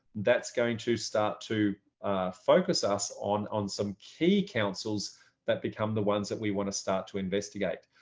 that's going to start to focus us on on some key councils that become the ones that we want to start to investigate.